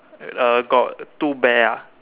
uh got two bear ah